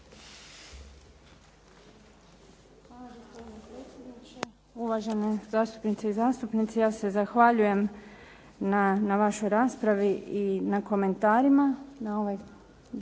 Hvala gospodine predsjedniče, uvažene zastupnice i zastupnici. Ja se zahvaljujem na vašoj raspravi i na komentarima na ovaj